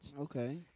Okay